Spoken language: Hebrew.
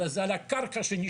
אלא זה על הקרקע שנשארת.